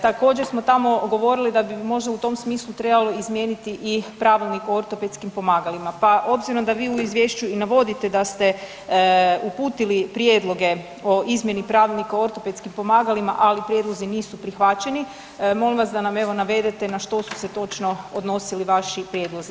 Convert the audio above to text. Također smo tamo govorili da bi možda u tom smislu trebao izmijeniti i Pravilnik o ortopedskim pomagalima, pa obzirom da vi u izvješću i navodite da ste uputili prijedloge o izmjeni Pravilnika o ortopedskim pomagalima, ali prijedlozi nisu prihvaćeni molim vas da nam evo navedete na što su se točno odnosili vaši prijedlozi.